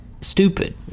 stupid